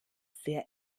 sehr